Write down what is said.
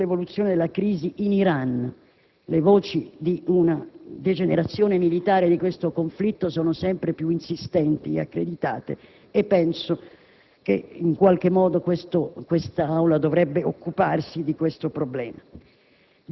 per l'evoluzione della crisi in Iran. Le voci di una degenerazione militare di questo conflitto sono sempre più insistenti e accreditate e penso che quest'Aula dovrebbe occuparsi del problema.